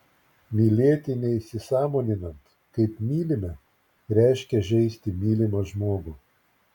mylėti neįsisąmoninant kaip mylime reiškia žeisti mylimą žmogų